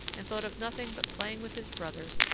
and thought of nothing but playing with his brothers,